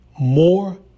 more